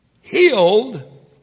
Healed